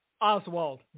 Oswald